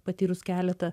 patyrus keletą